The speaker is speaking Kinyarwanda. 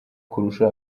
kurusha